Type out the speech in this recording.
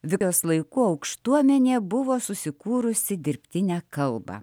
viktorijos laiku aukštuomenė buvo susikūrusi dirbtinę kalbą